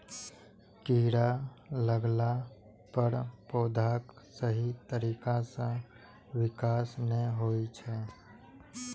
कीड़ा लगला पर पौधाक सही तरीका सं विकास नै होइ छै